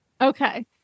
Okay